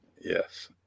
Yes